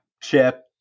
chip